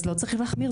אז לא צריך להחמיר,